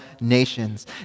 nations